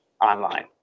online